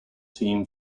team